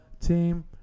team